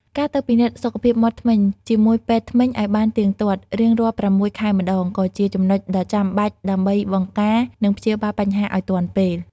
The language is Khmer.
ការទៅពិនិត្យសុខភាពមាត់ធ្មេញជាមួយពេទ្យធ្មេញឱ្យបានទៀងទាត់រៀងរាល់៦ខែម្តង ក៏ជាចំណុចដ៏ចាំបាច់ដើម្បីបង្ការ និងព្យាបាលបញ្ហាឱ្យទាន់ពេល។